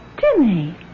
Jimmy